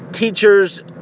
Teachers